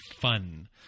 fun